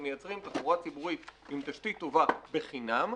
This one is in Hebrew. מייצרים תחבורה ציבורית עם תשתית טובה בחינם.